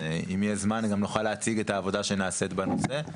אם יהיה זמן גם נוכל להציג את העבודה שנעשית בנושא,